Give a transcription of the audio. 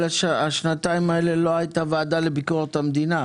אבל בשנתיים האלה לא הייתה ועדה לביקורת המדינה,